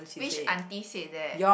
which aunty said that